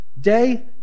day